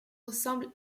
ressemble